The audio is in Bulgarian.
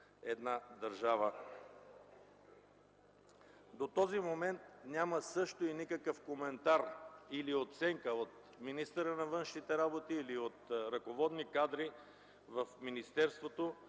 До този момент няма също и никакъв коментар или оценка от министъра на външните работи или от ръководни кадри в министерството